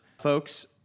folks